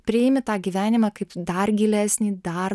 priimi tą gyvenimą kaip dar gilesnį dar